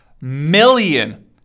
million